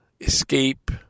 escape